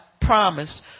promised